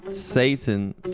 Satan